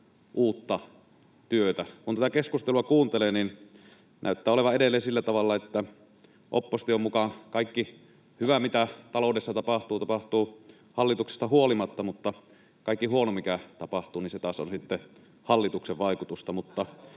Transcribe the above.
uutta työtä. Kun tätä keskustelua kuuntelee, niin näyttää olevan edelleen sillä tavalla, että opposition mukaan kaikki hyvä, mitä taloudessa tapahtuu, tapahtuu hallituksesta huolimatta, mutta kaikki huono, mikä tapahtuu, on taas hallituksen vaikutusta.